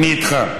אני איתך.